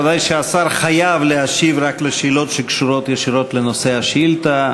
ודאי שהשר חייב להשיב רק על שאלות שקשורות ישירות לנושא השאילתה,